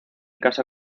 casa